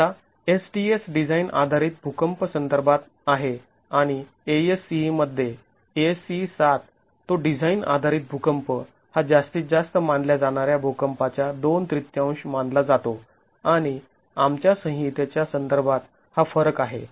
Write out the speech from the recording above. आता S DS design आधारित भूकंप संदर्भात आहे आणि ASCE मध्ये ASCE ७ तो डिझाईन आधारित भूकंप हा जास्तीत जास्त मानल्या जाणाऱ्या भुकंपाच्या दोन तृतीयांश मानला जातो आणि आमच्या संहितेच्या संदर्भात हा फरक आहे